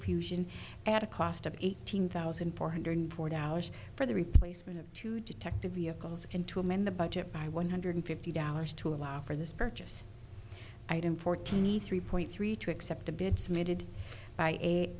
fusion at a cost of eighteen thousand four hundred four dollars for the replacement of two detective vehicles and to amend the budget by one hundred fifty dollars to allow for this purchase item fourteen e three point three two except the bid submitted by eight